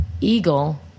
eagle